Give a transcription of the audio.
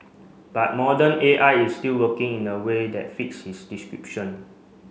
but modern A I is still working in the way that fits his description